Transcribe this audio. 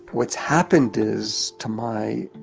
what's happened is to my